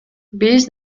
биз